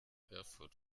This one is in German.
erfurt